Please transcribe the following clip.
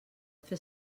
fer